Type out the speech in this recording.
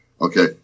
Okay